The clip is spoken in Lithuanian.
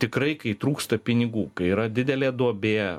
tikrai kai trūksta pinigų kai yra didelė duobė